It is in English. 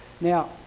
Now